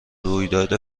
رویداد